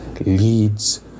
leads